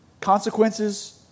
consequences